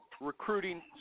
recruiting